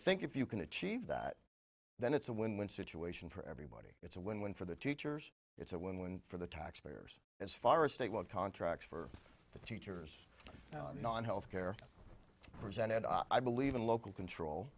think if you can achieve that then it's a win win situation for everybody it's a win win for the teachers it's a win win for the taxpayers as far as state well contracts for the teachers on health care present and i believe in local control